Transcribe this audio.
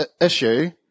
issue